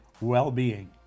Well-being